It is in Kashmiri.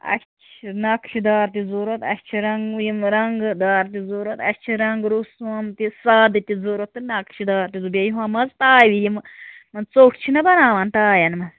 اَسہِ چھِ نَقشہِ دار تہِ ضروٗرت اَسہِ چھِ رَنٛگہٕ یِم رَنٛگہٕ دار تہِ ضروٗرت اَسہِ چھِ رَنٛگہٕ روٚس یِم تہِ سادٕ تہِ ضروٗرت تہٕ نَقشہٕ دار تہِ بیٚیہِ یِم حظ تاوِ یِمہٕ یِمن ژوٚٹ چھِناہ بَناوان تاوین منٛز